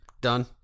done